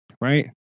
right